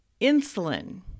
Insulin